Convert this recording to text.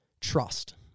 trust